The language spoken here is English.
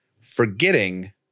forgetting